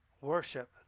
worship